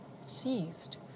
seized